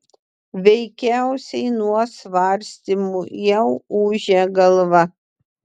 veikiausiai nuo svarstymų jau ūžia galva